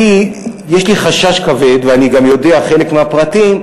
יש לי חשש כבד, ואני גם יודע חלק מהפרטים,